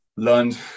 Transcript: learned